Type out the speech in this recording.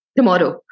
Tomorrow